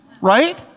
right